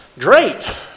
great